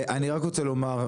רוצה לומר,